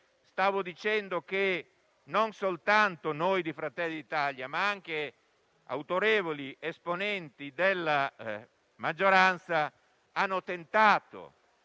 volte) che non soltanto i senatori di Fratelli d'Italia, ma anche autorevoli esponenti della maggioranza hanno tentato